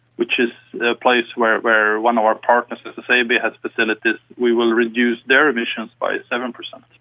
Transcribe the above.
which is a place where where one of our partners, ssab, yeah has facilities, we will reduce their emissions by seven percent.